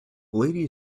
lady